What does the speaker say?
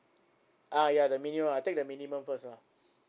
ah ya the minimum I take the minimum first lah